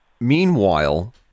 meanwhile